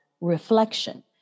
reflection